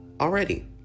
already